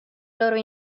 loro